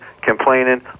complaining